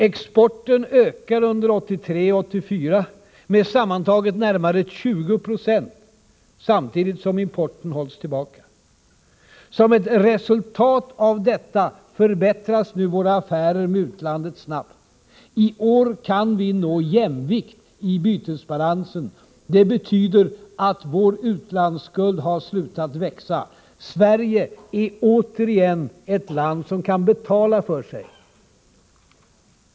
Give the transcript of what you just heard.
Exporten ökar under 1983 och 1984 med sammantaget närmare 20 96, samtidigt som importen hålls tillbaka. Som ett resultat av detta förbättras nu våra affärer med utlandet snabbt. I år kan vi nå jämvikt i bytesbalansen. Det betyder att vår utlandsskuld har slutat växa. Sverige är återigen ett land som kan betala för sig.